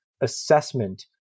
assessment